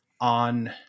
on